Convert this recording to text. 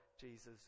Jesus